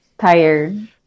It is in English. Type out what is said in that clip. tired